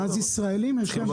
אבל אז ישראלים, יש כאן בעיה.